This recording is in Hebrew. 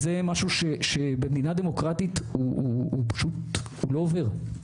זה משהו שבמדינה דמוקרטית פשוט לא עובר.